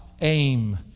aim